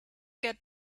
get